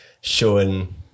showing